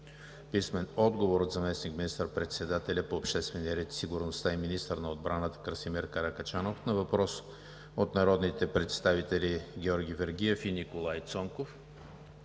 Николай Цонков; - заместник министър-председателя по обществения ред и сигурността и министър на отбраната Красимир Каракачанов на въпрос от народните представители Георги Вергиев и Николай Цонков;